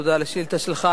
תודה על השאילתא שלך,